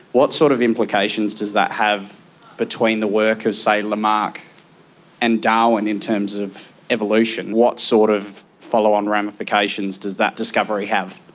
what sort of implications does that have between the work of, say, lamarck and darwin in terms of evolution? what sort of follow-on ramifications does that discovery have?